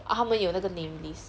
ah 他们有那个 name list 他们为什么